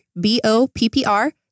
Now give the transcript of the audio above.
B-O-P-P-R